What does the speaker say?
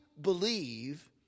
believe